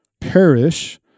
perish